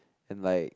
and like